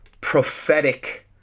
prophetic